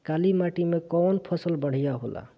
काली माटी मै कवन फसल बढ़िया होला?